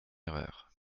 erreur